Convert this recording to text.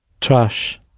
Trash